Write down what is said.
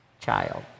child